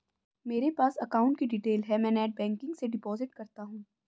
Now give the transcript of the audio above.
मेरे पास अकाउंट की डिटेल है मैं नेटबैंकिंग से डिपॉजिट करता हूं